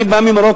אני בא ממרוקו,